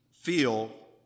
feel